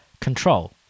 Control